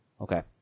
Okay